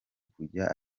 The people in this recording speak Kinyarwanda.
kujya